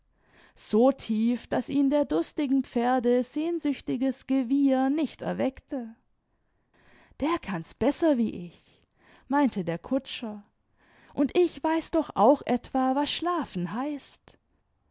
so tief daß ihn der durstigen pferde sehnsüchtiges gewieher nicht erweckte der kann's besser wie ich meinte der kutscher und ich weiß doch auch etwa was schlafen heißt